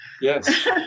yes